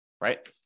right